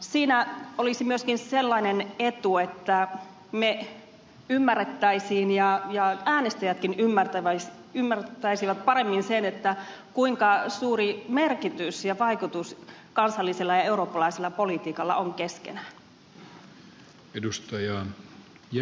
siinä olisi myöskin sellainen etu että me ymmärtäisimme ja äänestäjätkin ymmärtäisivät paremmin sen kuinka suuri merkitys ja vaikutus kansallisella ja eurooppalaisella politiikalla on keskenään